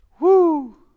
Woo